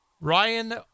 Ryan